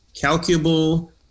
calculable